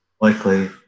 likely